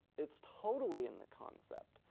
it's totally in the concept,